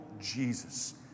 Jesus